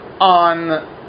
on